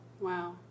Wow